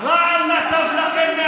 תיזהר רק שלא יצלמו אותך לפני הדגל.